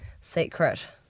secret